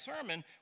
sermon